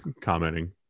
commenting